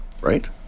right